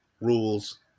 rules